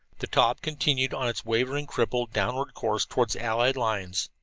the taube continued on its wavering, crippled, downward course toward the allied lines.